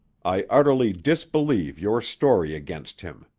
i utterly disbelieve your story against him.